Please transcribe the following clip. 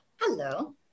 hello